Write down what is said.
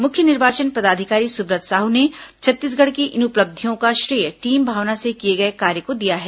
मुख्य निर्वाचन पदाधिकारी सुब्रत साहू ने छत्तीसगढ़ की इन उपलब्धियों का श्रेय टीम भावना से किए गए कार्य को दिया है